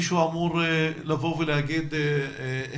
מישהו אמור לבוא ולומר שהנה,